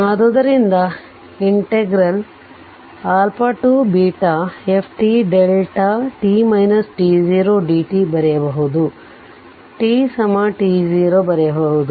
ಆದ್ದರಿಂದ fdt ಬರೆಯಬಹುದು t t0 ಬರೆಯಬಹುದು